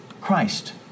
Christ